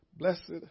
Blessed